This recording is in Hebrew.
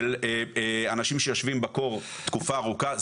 של אנשים שיושבים בקור תקופה ארוכה,